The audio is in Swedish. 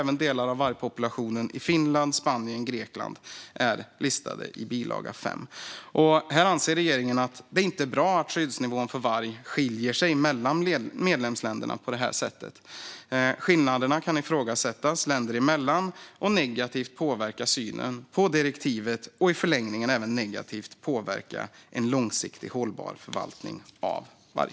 Även delar av vargpopulationen i Finland, Spanien och Grekland är listade i bilaga 5. Regeringen anser att det inte är bra att skyddsnivån för varg skiljer sig åt mellan medlemsländerna på det sättet. Skillnaderna kan ifrågasättas länder emellan och negativt påverka synen på direktivet och i förlängningen även negativt påverka en långsiktigt hållbar förvaltning av varg.